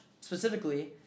specifically